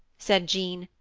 said jean,